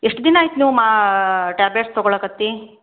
ಎಷ್ಟು ದಿನ ಆಯ್ತು ನೀವು ಮಾ ಟ್ಯಾಬ್ಲೆಟ್ಸ್ ತೊಗೊಳ್ಳೋಕ್ಕತ್ತಿ